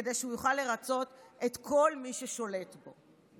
כדי שהוא יוכל לרצות את כל מי ששולט בו.